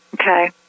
Okay